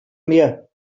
mehr